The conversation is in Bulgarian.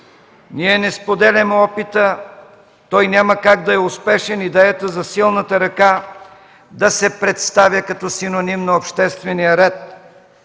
Ние не споделяме опита, той няма как да е успешен, идеята за силната ръка да се представя като синоним на обществения ред.